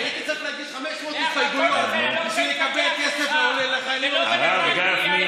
הייתי צריך להגיש 500 הסתייגויות בשביל לקבל כסף לחיילים המשוחררים.